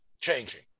changing